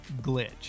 glitch